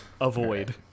Avoid